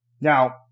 Now